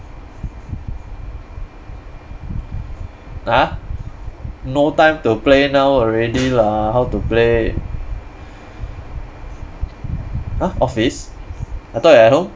!huh! no time to play now already lah how to play !huh! office I thought you at home